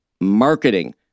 marketing